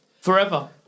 Forever